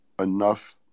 enough